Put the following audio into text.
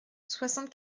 soixante